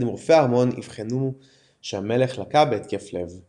עם רופאי הארמון אבחנו שהמלך לקה בהתקף לב.